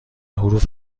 حروف